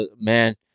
Man